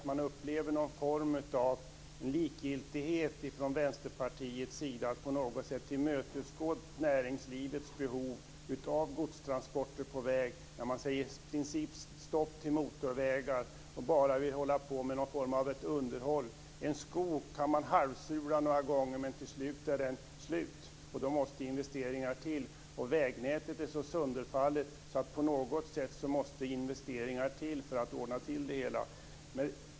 Man upplever någon form av likgiltighet från Vänsterpartiets sida när det gäller att tillmötesgå näringslivets behov av godstransporter på väg. De säger i princip nej till motorvägar och vill bara hålla på med underhåll. Man kan halvsula en sko några gånger, men till slut är den slut. Då måste investeringar till. Vägnätet är så sönderfallet att på något sätt måste investeringar till.